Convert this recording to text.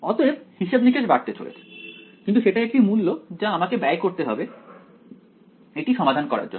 অতএব হিসেব নিকেশ বাড়তে চলেছে কিন্তু সেটা একটি মূল্য যা আমাকে ব্যয় করতে হবে এটি সমাধান করার জন্য